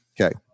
Okay